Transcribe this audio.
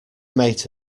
mate